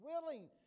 willing